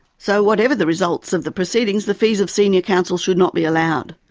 so whatever the results of the proceedings, the fees of senior counsel should not be allowed.